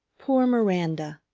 poor miranda!